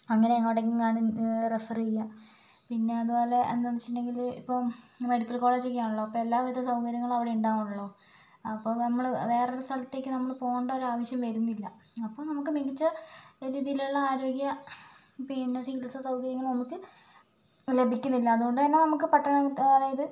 അങ്ങനെ എങ്ങോട്ടേക്കോ ആണ് റെഫറ് ചെയ്യുക പിന്നെ അതുപോലെ എന്താന്നുവച്ചിട്ടുണ്ടെങ്കില് ഇപ്പം മെഡിക്കൽ കോളേജൊക്കെയാണല്ലോ അപ്പോൾ എല്ലാ വിധ സൗകര്യങ്ങളും അവിടെ ഉണ്ടാവണല്ലോ അപ്പോൾ നമ്മള് വേറൊരു സ്ഥലത്തേക്ക് നമ്മള് പോകേണ്ട ഒരാവശ്യം വരുന്നില്ല അപ്പോൾ നമുക്ക് മികച്ച രീതിലുള്ള ആരോഗ്യ പിന്നെ ചികിത്സാ സൗകര്യങ്ങള് നമുക്ക് ലഭിക്കുന്നില്ല അതുകൊണ്ട് തന്നെ നമുക്ക് പട്ടണ അതായത്